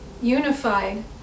unified